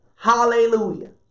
Hallelujah